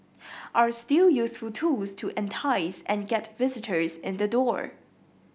are still useful tools to entice and get visitors in the door